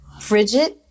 frigid